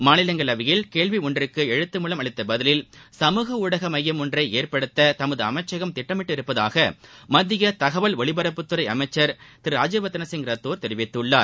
மாநிலங்களவையில் கேள்வி ஒன்றிற்கு எழுத்து மூலம் அளித்த பதிலில் சமூக ஊடக மையம் ஒன்றை ஏற்படுத்த தமது அமைச்சகம் திட்டமிட்டுள்ளதாக மத்திய தகவல் ஒலிபரப்புத்துறை அமைச்சர் திரு ராஜ்யவர்தன் சிங் ரத்தோர் தெரிவித்துள்ளார்